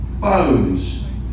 phones